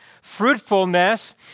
Fruitfulness